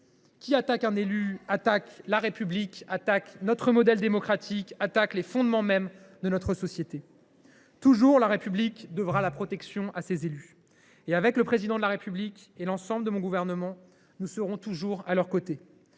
qui attaque un élu attaque la République, attaque notre modèle démocratique, attaque les fondements mêmes de notre société ! Toujours la République devra la protection à ses élus. Avec le Président de la République et l’ensemble de mon gouvernement, nous serons toujours à leurs côtés